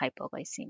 hypoglycemia